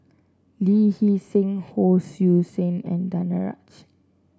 Lee Hee Seng Hon Sui Sen and Danaraj